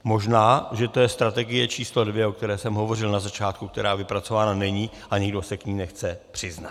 Možná že to je strategie číslo 2, o které jsem hovořil na začátku, která vypracována není, a nikdo se k ní nechce přiznat.